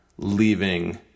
leaving